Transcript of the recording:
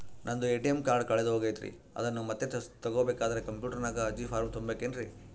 ನಂದು ATM card ಕಳೆದು ಹೋಗೈತ್ರಿ ಅದನ್ನು ಮತ್ತೆ ತಗೋಬೇಕಾದರೆ ಕಂಪ್ಯೂಟರ್ ನಾಗ ಅರ್ಜಿ ಫಾರಂ ತುಂಬಬೇಕನ್ರಿ?